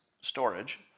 storage